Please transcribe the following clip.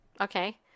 Okay